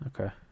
Okay